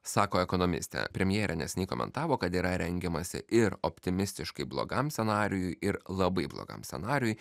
sako ekonomistė premjerė neseniai komentavo kad yra rengiamasi ir optimistiškai blogam scenarijui ir labai blogam scenarijui